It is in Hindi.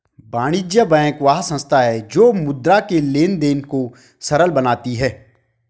वाणिज्य बैंक वह संस्था है जो मुद्रा के लेंन देंन को सरल बनाती है